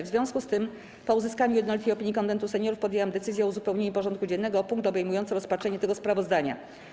W związku z tym, po uzyskaniu jednolitej opinii Konwentu Seniorów, podjęłam decyzję o uzupełnieniu porządku dziennego o punkt obejmujący rozpatrzenie tego sprawozdania.